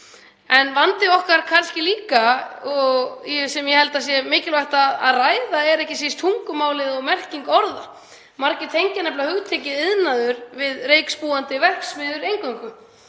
Vandi okkar er kannski líka, sem ég held að sé mikilvægt að ræða, ekki síst tungumálið og merking orða. Margir tengja nefnilega hugtakið iðnað eingöngu við reykspúandi verksmiðjur. Iðnaður